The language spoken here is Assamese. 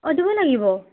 অঁ দিব লাগিব